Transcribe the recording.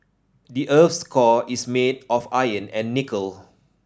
the earth's core is made of iron and nickel